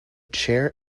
chair